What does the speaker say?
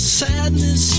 sadness